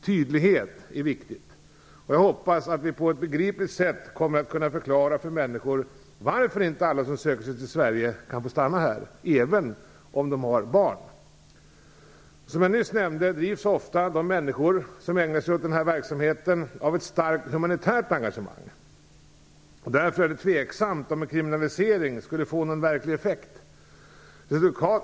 Tydlighet är viktigt. Jag hoppas att vi på ett begripligt sätt kommer att kunna förklara för människor varför inte alla som söker sig till Sverige kan få stanna här, även om de har barn. Som jag nyss nämnde, drivs ofta de människor som ägnar sig åt denna verksamhet av ett starkt humanitärt engagemang. Därför är det tveksamt om en kriminalisering skulle få någon verklig effekt.